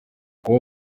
kuba